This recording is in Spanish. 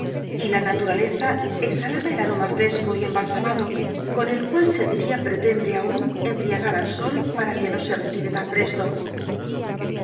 y la naturaleza exhalaba el aroma fresco y embalsamado con el cual se diría pretende aun embriagar al sol para que no se retire tan presto